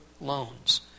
loans